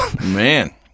Man